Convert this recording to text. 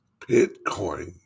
Bitcoin